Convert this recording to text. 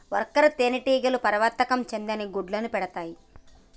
worker తేనెటీగలు పరిపక్వత చెందని గుడ్లను పెడతాయి